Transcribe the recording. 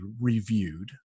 reviewed